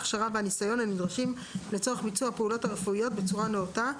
ההכשרה והניסיון הנדרשים לצורך ביצוע הפעולות הרפואיות בצורה נאותה,